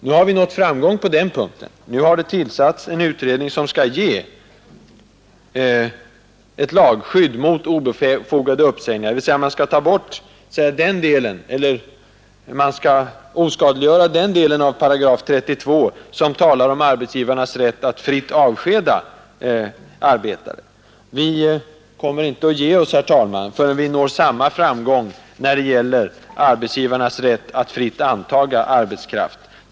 Nu har vi nått framgång på den punkten, nu har det tillsatts en utredning som skall ge ett lagskydd mot obefogade uppsägningar. Man skall alltså oskadliggöra den del av 8 32 som talar om arbetsgivarnas rätt att fritt avskeda arbetare. Vi kommer inte att ge oss, herr talman, förrän vi når samma framgång när det gäller arbetsgivarnas rätt att fritt antaga arbetskraft.